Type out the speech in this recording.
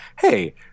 hey